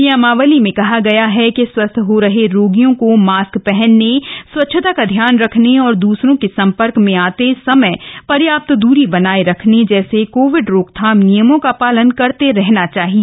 नियमावली में कहा गया है कि स्वस्थ हो रहे रोगियों को मास्क पहनने स्वच्छता का ध्यान रखने और दूसरों के संपर्क में आते समय पर्याप्त दूरी बनाए रखने जैसे कोविड रोकथाम नियमों का पालन करते रहना चाहिए